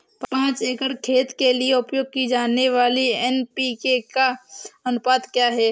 पाँच एकड़ खेत के लिए उपयोग की जाने वाली एन.पी.के का अनुपात क्या है?